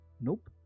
Nope